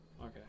okay